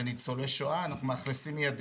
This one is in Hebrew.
לניצולי שואה אנחנו מאכלסים מידי,